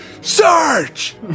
search